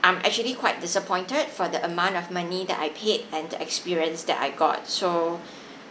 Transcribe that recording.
I'm actually quite disappointed for the amount of money that I paid and the experience that I got so